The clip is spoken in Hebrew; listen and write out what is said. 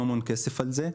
משלמים המון כסף על זה.